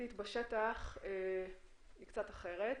האמיתית בשטח קצת אחרת.